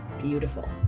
beautiful